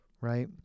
right